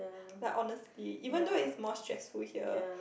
like honestly even though is more stressful here